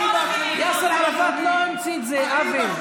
יאסר ערפאת לא המציא את זה, אבי.